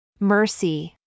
mercy